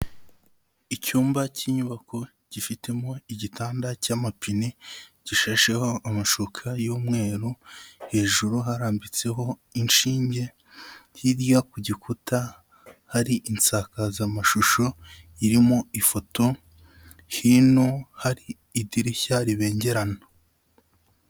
Icyumba k'inyubako gifitemo igitanda cy'amapine gishasheho amashuka y'umweru, hejuru harambitseho inshinge, hirya ku gikuta hari insakazamashusho irimo ifoto, hino hari idirishya ribengerana.